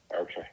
Okay